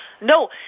No